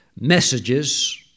messages